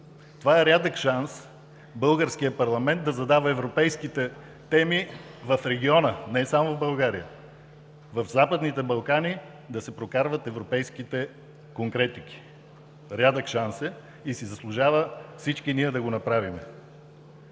Това е рядък шанс българският парламент да задава европейските теми в региона, не само в България, в Западните Балкани да се прокарват европейските конкретики. Рядък шанс е и си заслужава всички ние да го направим.